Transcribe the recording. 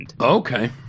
Okay